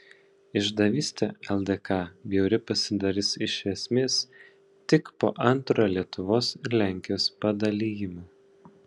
išdavystė ldk bjauri pasidarys iš esmės tik po antrojo lietuvos ir lenkijos padalijimo